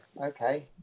okay